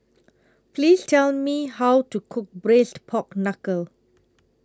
Please Tell Me How to Cook Braised Pork Knuckle